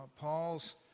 Paul's